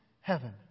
heaven